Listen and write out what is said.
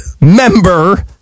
member